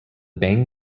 bang